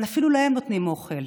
אבל אפילו להם נותנים אוכל"